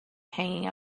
hanging